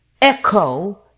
Echo